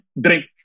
drink